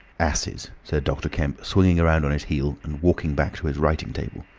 asses! said dr. kemp, swinging round on his heel and walking back to his writing-table.